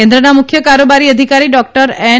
કેન્દ્રના મુખ્ય કારોબારી અધિકારી ડોકટર એન